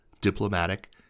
diplomatic